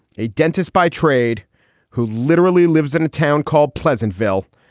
a dentist by trade who literally lives in a town called pleasantville.